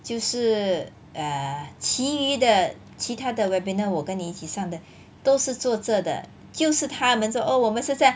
就是 err 其余的其他的 webinar 我跟你一起上的都是坐着的就是他们说 oh 我们是站